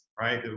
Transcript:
right